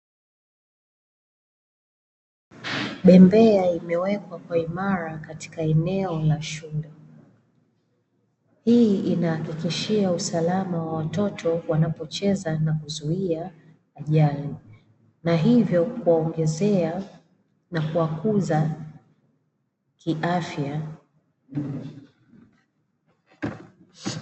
Bembea imewekwa kwa imara katika eneo la shule. Hii inahakikishia usalama wa watoto wanapocheza na kuzuia ajali na hivyo kuwaongezea na kuwakuza kiafya.